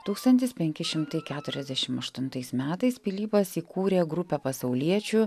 tūkstantis penki šimtai keturiasdešim aštuntais metais pilypas įkūrė grupę pasauliečių